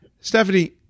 stephanie